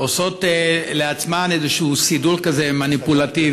עושות לעצמן איזשהו סידור מניפולטיבי